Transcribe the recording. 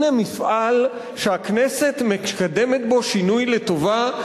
הנה מפעל שהכנסת מקדמת בו שינוי לטובה,